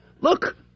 look